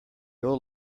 old